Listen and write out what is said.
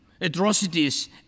atrocities